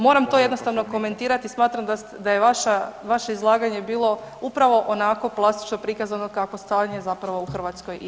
Moram to jednostavno komentirati, smatram da je vaše izlaganje bilo upravo onako, plastično prikazano kako stanje zapravo u Hrvatskoj i je.